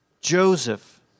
Joseph